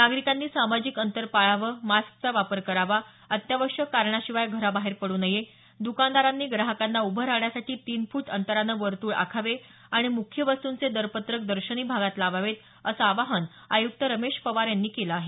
नागरिकांनी सामाजिक अंतर पाळावं मास्कचा वापर करावा अत्यावश्यक कारणाशिवाय घराबाहेर पडू नये द्कानदारांनी ग्राहकांना उभं राहण्यासाठी तीन फूट अंतरानं वर्तुळ आखावे आणि मुख्य वस्तूंचे दरपत्रक दर्शनी भागात लावावेत असं आवाहन आयुक्त रमेश पवार यांनी केलं आहे